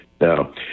No